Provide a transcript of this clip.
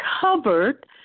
covered